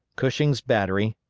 cushing's battery,